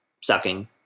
sucking